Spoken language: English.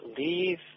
leave